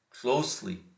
closely